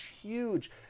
huge